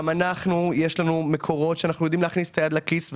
גם לנו יש מקורות שאנחנו יודעים להכניס את היד לכיס.